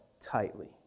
tightly